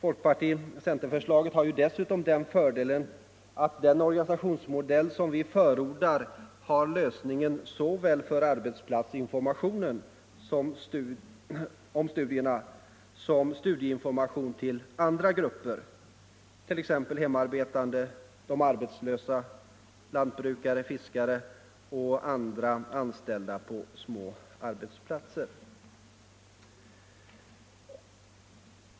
Vårt förslag har dessutom den fördelen att den organisationsmodell som vi förordar har lösningen för såväl arbetsplatsinformationen om studierna som studieinformationen till andra grupper, t.ex. hemarbetande, arbetslösa, lantbrukare, fiskare och anställda på små arbetsplatser.